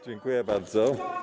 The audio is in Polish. Dziękuję bardzo.